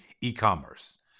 e-commerce